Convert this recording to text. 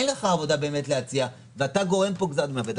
אין לך עבודה באמת להציע ואתה גורם פה גזר דין מוות.